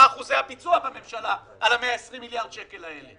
מה אחוזי הביצוע של הממשלה על 120 מיליארד שקלים האלה.